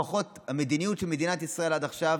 לפחות המדיניות של מדינת ישראל עד עכשיו,